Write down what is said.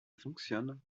función